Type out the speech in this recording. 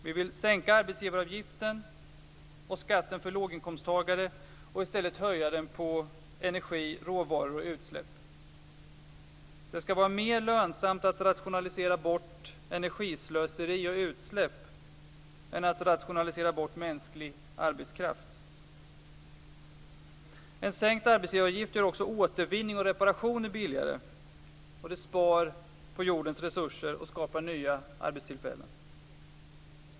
Vi vill sänka arbetsgivaravgiften och skatten för låginkomsttagare och i stället höja den på energi, råvaror och utsläpp. Det skall vara mer lönsamt att rationalisera bort energislöseri och utsläpp än att rationalisera bort mänsklig arbetskraft. En sänkt arbetsgivaravgift gör också återvinning och reparationer billigare. Det spar på jordens resurser och skapar nya arbetstillfällen.